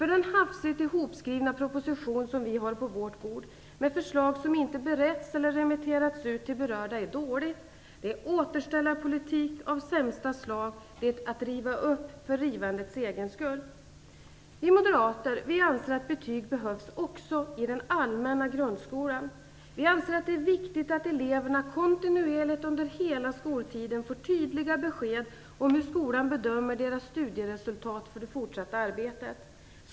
Den hafsigt ihopskrivna proposition vi har på vårt bord, med förslag som inte beretts eller remitterats till berörda, är dålig. Det är återställarpolitik av sämsta slag att riva upp för rivandets egen skull. Vi moderater anser att betyg behövs också i den allmänna grundskolan. Vi anser att det är viktigt att eleverna kontinuerligt under hela skoltiden får tydliga besked om hur skolan bedömer deras studieresultat och det fortsatta arbetet.